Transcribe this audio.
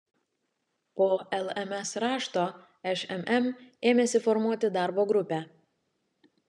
po lms rašto šmm ėmėsi formuoti darbo grupę